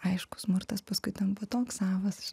aiškus smurtas paskui tampa toks savas